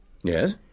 Yes